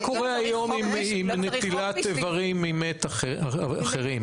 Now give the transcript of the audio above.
מה קורה היום עם נטילת אברים ממת, אחרים?